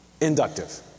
Inductive